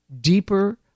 deeper